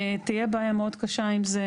תהיה בעיה מאוד קשה עם זה.